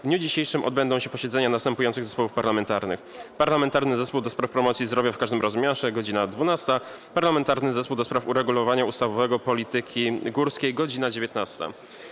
W dniu dzisiejszym odbędą się posiedzenia następujących zespołów parlamentarnych: - Parlamentarnego Zespołu ds. Promocji Zdrowia w Każdym Rozmiarze - godz. 12, - Parlamentarnego Zespołu ds. uregulowania ustawowego polityki górskiej - godz. 19.